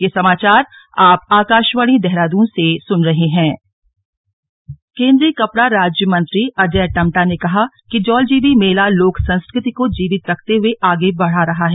जौलजीबी मेला केन्द्रीय कपड़ा राज्य मंत्री अजय टम्टा ने कहा कि जौलजीबी मेला लोक संस्कृति को जीवित रखते हुए आगे बढ़ा रहा है